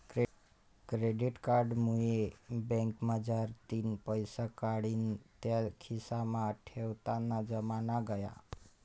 credit card मुये बँकमझारतीन पैसा काढीन त्या खिसामा ठेवताना जमाना गया